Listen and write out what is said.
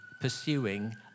pursuing